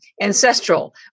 ancestral